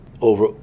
over